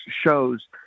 shows